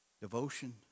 Devotion